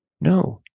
no